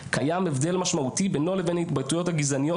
קיים הבדל משמעותי בינו לבין ההתבטאויות הגזעניות